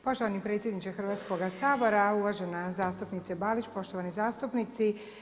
Poštovani predsjedniče Hrvatskog sabora, uvažena zastupnice Balić, poštovani zastupnici.